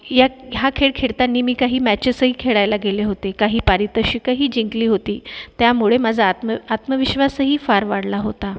यात हा खेळ खेळताना मी काही मॅचेसही खेळायला गेले होते काही पारितोषिकंही जिंकली होती त्यामुळे माझा आत्म आत्मविश्वासही फार वाढला होता